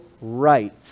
right